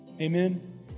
Amen